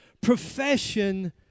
profession